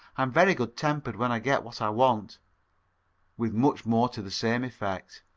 i'm very good-tempered when i get what i want with much more to the same effect.